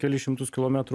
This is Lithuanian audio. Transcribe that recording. kelis šimtus kilometrų